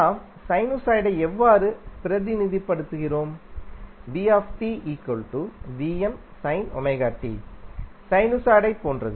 நாம் சைனுசாய்டை எவ்வாறு பிரதிநிதித்துவப்படுத்துகிறோம் சைனுசாய்டைப் போன்றது